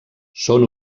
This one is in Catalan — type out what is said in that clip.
són